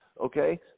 okay